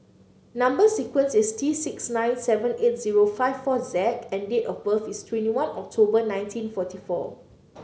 number sequence is T six nine seven eight zero five four Z and date of birth is twenty one October nineteen forty four